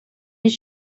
his